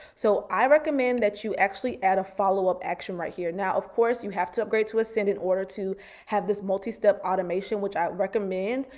so i recommend that you actually add a follow-up action right here. now of course you have to upgrade to ascend in order to have this multi-step automation, which i recommend,